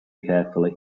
carefully